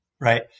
right